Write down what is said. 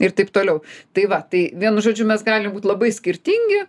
ir taip toliau tai va tai vienu žodžiu mes galim būt labai skirtingi